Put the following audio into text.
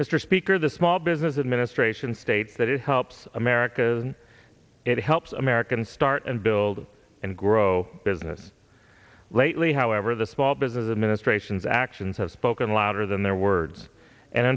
mr speaker the small business administration states that it helps america it helps american start and build and grow business lately however the small business administration's actions have spoken louder than their words and